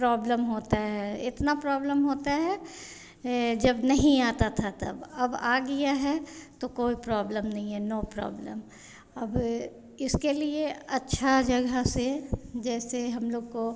problem होती है इतनी प्रोब्लम होती है जब नहीं आता था तब अब आ गया है तो कोई प्रोब्लम नहीं है नो प्रोब्लम अब किसी के लिए अच्छी जगह से जैसे हम लोग को